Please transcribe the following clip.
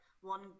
one